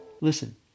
Listen